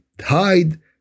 hide